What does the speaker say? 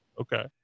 okay